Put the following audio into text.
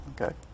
Okay